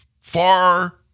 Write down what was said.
far